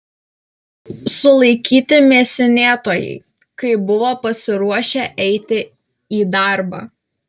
sulaikyti mėsinėtojai kai buvo pasiruošę eiti į darbą